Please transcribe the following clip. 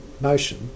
motion